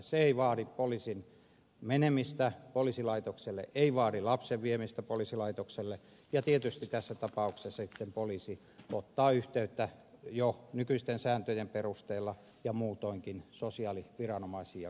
se ei vaadi poliisin menemistä poliisilaitokselle ei vaadi lapsen viemistä poliisilaitokselle ja tietysti tässä tapauksessa sitten poliisi ottaa yhteyttä jo nykyisten sääntöjen perusteella ja muutoinkin sosiaaliviranomaisiin ja kotiin